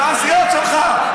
את הנסיעות שלך.